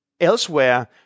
elsewhere